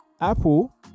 apple